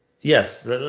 Yes